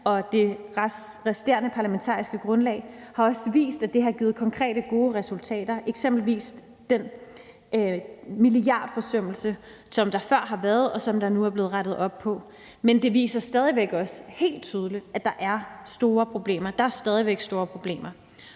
og det resterende parlamentariske grundlag, har også vist, at det har givet konkrete, gode resultater, eksempelvis i forhold til den milliardforsømmelse, som der før har været, og som der nu er blevet rettet op på. Men det viser stadig væk også helt tydeligt, at der er store problemer. Der er stadig væk store problemer,